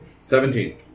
Seventeen